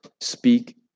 Speak